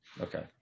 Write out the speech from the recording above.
okay